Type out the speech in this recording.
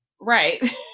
right